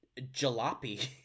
jalopy